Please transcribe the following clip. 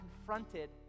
confronted